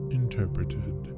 interpreted